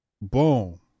Boom